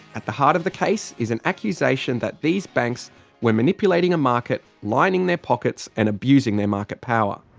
at the heart of the case is an accusation that these banks were manipulating a market, lining their pockets and abusing their market power.